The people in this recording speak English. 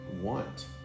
want